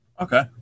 okay